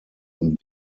und